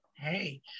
hey